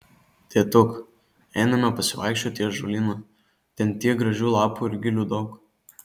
tėtuk einame pasivaikščioti į ąžuolyną ten tiek gražių lapų ir gilių daug